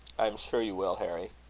i am sure you will, harry.